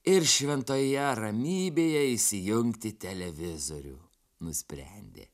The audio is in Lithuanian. ir šventoje ramybėje įsijungti televizorių nusprendė